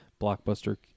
Blockbuster